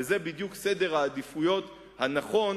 וזה בדיוק סדר העדיפויות הנכון,